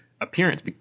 appearance